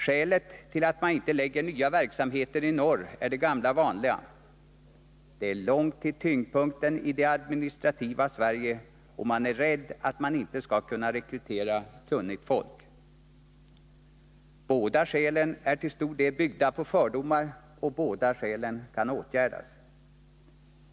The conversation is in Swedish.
Skälen till att man inte lägger nya verksamheter i norr är de gamla vanliga: Det är långt till tyngdpunkten i det administrativa Sverige, och man är rädd att inte kunna rekrytera kunnigt folk. Båda skälen är till stor del byggda på fördomar, och båda kan åtgärdas.